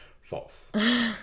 False